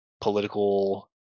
political